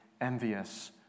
envious